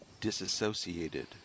disassociated